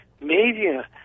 media